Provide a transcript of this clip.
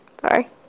Sorry